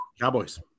Cowboys